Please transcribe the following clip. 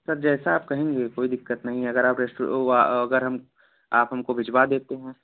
sir जैसा आप कहेंगे कोई दिक़्क़त नहीं है अगर आप रेस्टो अगर हम आप हमको भिजवा देते हैं